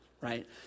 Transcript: right